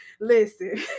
listen